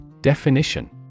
Definition